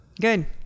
Good